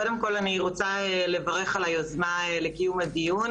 קודם כל אני רוצה לברך על היוזמה לקיום הדיון